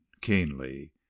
keenly